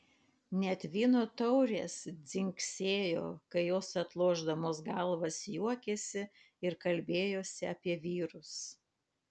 net vyno taurės dzingsėjo kai jos atlošdamos galvas juokėsi ir kalbėjosi apie vyrus